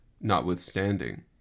notwithstanding